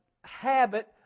habit